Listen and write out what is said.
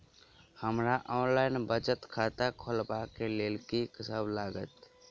हमरा ऑनलाइन बचत खाता खोलाबै केँ लेल की सब लागत?